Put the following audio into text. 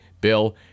Bill